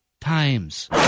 times